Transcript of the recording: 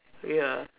ya